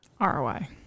ROI